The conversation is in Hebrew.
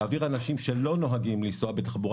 להעביר אנשים שלא נוהגים לנסוע בתחבורה